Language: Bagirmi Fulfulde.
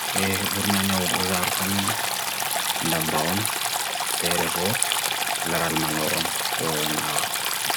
Kiyii laawol gila jogii woni e dogo: dubeɗe, toŋƴa, ko wadi wi'i habaru.